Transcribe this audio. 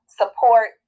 support